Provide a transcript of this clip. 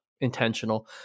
intentional